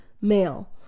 male